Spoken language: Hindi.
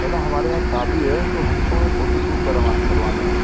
मैडम हमारे यहाँ शादी है तो हम को फ़ोटोशूट करवान करवाना है